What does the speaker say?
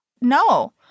No